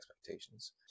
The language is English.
expectations